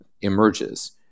emerges